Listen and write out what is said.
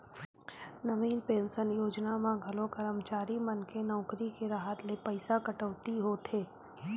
नवीन pension योजना म घलो करमचारी मन के नउकरी के राहत ले पइसा कटउती होथे